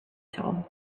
soul